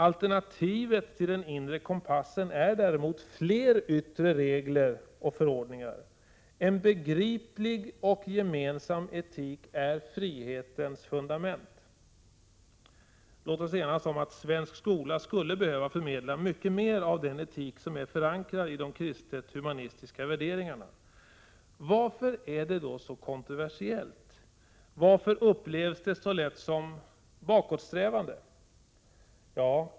Alternativet till den inre kompassen är däremot fler yttre regler och förordningar. En begriplig och gemensam etik är frihetens fundament. Låt oss enas om att svensk skola skulle behöva förmedla mycket mer av den etik som är förankrad i de kristet humanistiska värderingarna. Varför är det då så kontroversiellt? Varför upplevs det så lätt som bakåtsträvande?